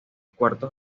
cuatro